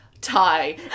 tie